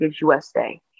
USA